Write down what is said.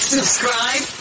Subscribe